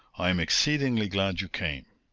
i am exceedingly glad you came.